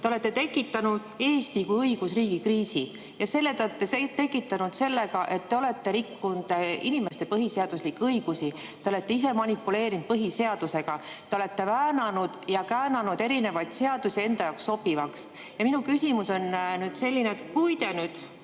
Te olete tekitanud Eesti kui õigusriigi kriisi sellega, et olete rikkunud inimeste põhiseaduslikke õigusi. Te olete ise manipuleerinud põhiseadusega, te olete väänanud ja käänanud erinevaid seadusi enda jaoks sobivaks. Minu küsimus on selline: kui te uuesti